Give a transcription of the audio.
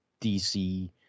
DC